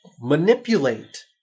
manipulate